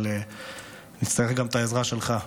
אבל נצטרך גם את העזרה שלך.